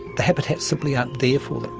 the habitats simply aren't there for them.